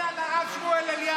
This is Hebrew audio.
לא מפריע לי, מפריע לרב שמואל אליהו.